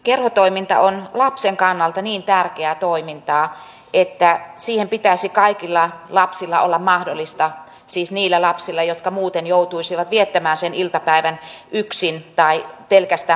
kerhotoiminta on lapsen kannalta niin tärkeää toimintaa että siihen pitäisi kaikilla lapsilla olla mahdollisuus siis niillä lapsilla jotka muuten joutuisivat viettämään sen iltapäivän yksin tai pelkästään kaveriporukassa